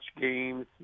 games